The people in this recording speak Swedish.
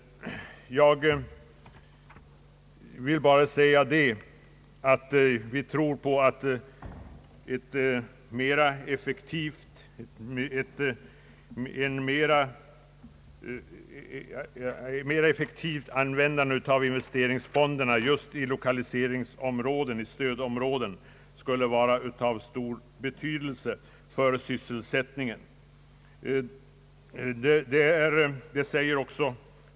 Vi hävdar att ett mera effektivt användande av investeringsfonderna inom stödområdena skulle vara av stor betydelse för sysselsättningen.